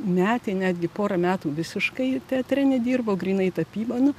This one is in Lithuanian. metė netgi porą metų visiškai teatre nedirbo grynai tapybą nu